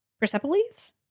Persepolis